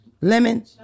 Lemon